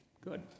Good